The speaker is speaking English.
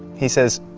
he says,